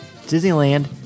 Disneyland